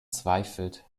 zweifelt